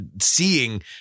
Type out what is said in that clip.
seeing